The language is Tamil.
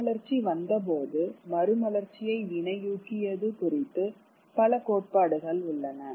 மறுமலர்ச்சி வந்தபோது மறுமலர்ச்சியை வினையூக்கியது குறித்து பல கோட்பாடுகள் உள்ளன